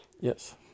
Yes